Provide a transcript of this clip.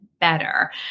better